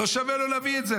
שווה לו להביא את זה.